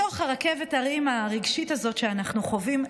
בתוך רכבת ההרים הרגשית הזאת שאנחנו חווים,